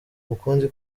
ukundi